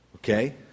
Okay